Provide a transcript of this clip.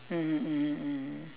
mmhmm mmhmm mmhmm